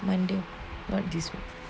monday but